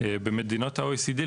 במדינות ה-OECD,